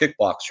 kickboxer